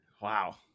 Wow